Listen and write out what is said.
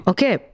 Okay